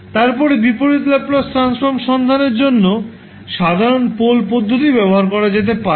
তারপরে বিপরীত Laplace transform সন্ধানের জন্য সাধারণ পোল পদ্ধতির ব্যবহার করা যেতে পারে